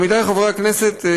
עמיתיי חברי הכנסת,